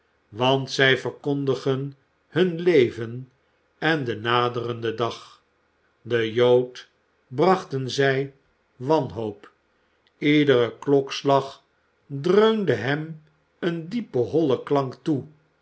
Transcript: want zij verkondigden hun leven en den naderenden dag den jood brachten zij wanhoop iedere klokslag dreunde hem een diepen hollen klank toe